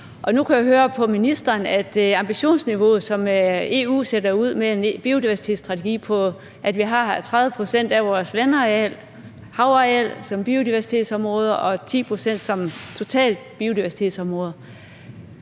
Nu kan jeg høre på ministeren, at ambitionsniveauet, som EU sætter ud med, er en biodiversitetsstrategi, hvor vi har 30 pct. af vores vandareal, havareal, som biodiversitetsområde og 10 pct. som totalt biodiversitetsområde.